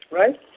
right